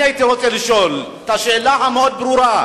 אני הייתי רוצה לשאול את השאלה המאוד-ברורה: